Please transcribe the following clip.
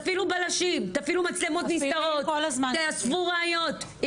תפעילו בלשים, תפעילו מצלמות נסתרות, תאספו ראיות.